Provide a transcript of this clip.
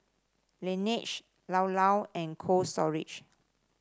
Laneige Llao Llao and Cold Storage